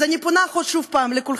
אז אני פונה שוב לכולכם,